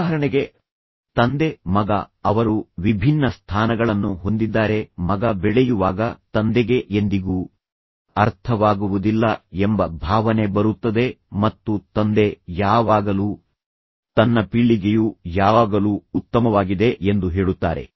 ಉದಾಹರಣೆಗೆ ತಂದೆ ಮಗ ಅವರು ವಿಭಿನ್ನ ಸ್ಥಾನಗಳನ್ನು ಹೊಂದಿದ್ದಾರೆ ಮಗ ಬೆಳೆಯುವಾಗ ತಂದೆಗೆ ಎಂದಿಗೂ ಅರ್ಥವಾಗುವುದಿಲ್ಲ ಎಂಬ ಭಾವನೆ ಬರುತ್ತದೆ ಮತ್ತು ತಂದೆ ಯಾವಾಗಲೂ ತನ್ನ ಪೀಳಿಗೆಯು ಯಾವಾಗಲೂ ಉತ್ತಮವಾಗಿದೆ ಎಂದು ಹೇಳುತ್ತಾರೆ